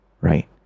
Right